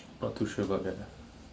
not too sure about that ah